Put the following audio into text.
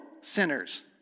sinners